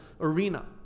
arena